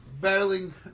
Battling